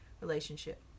relationship